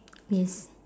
yes